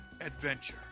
adventure